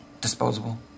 disposable